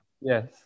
Yes